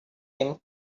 them